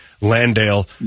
Landale